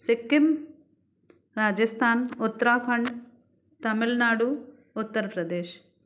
Sikkim Rajasthan Uttarakhand Tamil Nadu Uttar Pradesh